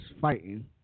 fighting